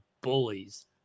bullies